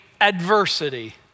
adversity